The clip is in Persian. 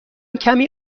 کمی